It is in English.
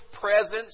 presence